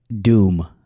doom